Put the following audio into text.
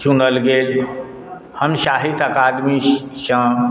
चुनल गेल हम साहित्य अकादमीसँ